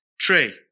tree